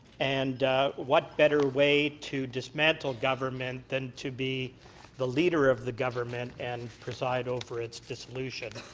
and what better way to dismantle government than to be the leader of the government, and preside over its dissolution.